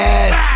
ass